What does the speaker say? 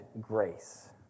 grace